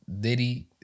Diddy